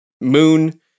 Moon